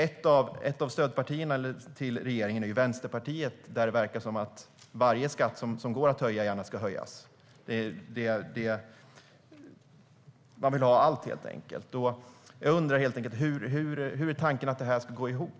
Ett av regeringens stödpartier är ju Vänsterpartiet, och det verkar som att varje skatt som går att höja gärna ska höjas, enligt dem. Man vill ha allt, helt enkelt. Hur är tanken att det här ska gå ihop?